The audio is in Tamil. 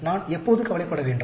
நான் எப்போது கவலைப்பட வேண்டும்